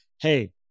hey